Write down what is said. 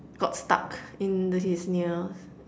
got stuck in th~ his nails